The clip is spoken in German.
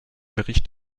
bericht